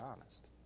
honest